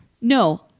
No